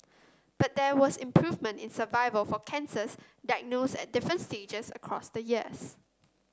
but there was improvement in survival for cancers diagnosed at different stages across the years